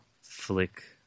flick